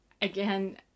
again